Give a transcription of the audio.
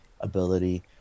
ability